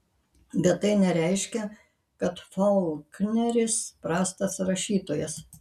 bet tai nereiškia kad faulkneris prastas rašytojas